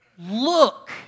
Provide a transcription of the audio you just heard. Look